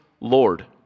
Lord